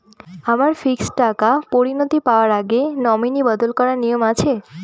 আমার ফিক্সড টাকা পরিনতি পাওয়ার আগে নমিনি বদল করার নিয়ম আছে?